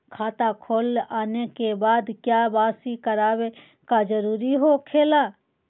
खाता खोल आने के बाद क्या बासी करावे का जरूरी हो खेला?